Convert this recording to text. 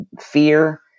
fear